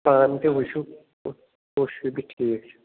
پانہٕ تہِ وُچھِو کُس شوبہِ ٹھیٖک چھُ